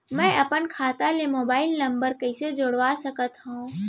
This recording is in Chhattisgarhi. मैं अपन खाता ले मोबाइल नम्बर कइसे जोड़वा सकत हव?